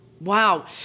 Wow